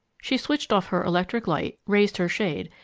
she switched off her electric light, raised her shade,